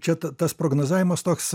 čia ta tas prognozavimas toks